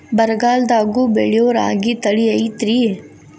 ಬರಗಾಲದಾಗೂ ಬೆಳಿಯೋ ರಾಗಿ ತಳಿ ಐತ್ರಿ?